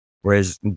whereas